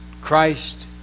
Christ